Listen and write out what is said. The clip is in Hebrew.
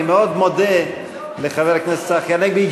אני מאוד מודה לחבר הכנסת צחי הנגבי,